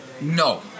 No